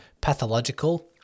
pathological